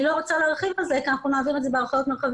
אני לא רוצה להרחיב על זה כי אנחנו נעביר את זה בהנחיות מרחביות,